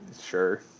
Sure